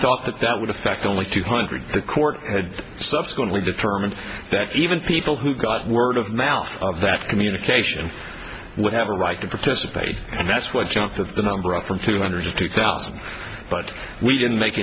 thought that that would affect only two hundred the court had subsequently determined that even people who got word of mouth of that communication would have a right to participate and that's what jumped the number up from two hundred to two thousand but we didn't make